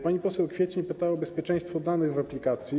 Pani poseł Kwiecień pytała o bezpieczeństwo danych w aplikacji.